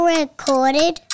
recorded